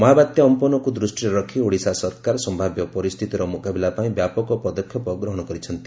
ମହାବାତ୍ୟା ଅମ୍ପନକୁ ଦୃଷ୍ଟିରେ ରଖି ଓଡ଼ିଶା ସରକାର ସମ୍ଭାବ୍ୟ ପରିସ୍ଥିତିର ମୁକାବିଲା ପାଇଁ ବ୍ୟାପକ ପଦକ୍ଷେପ ଗ୍ରହଣ କରିଛନ୍ତି